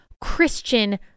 christian